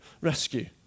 rescue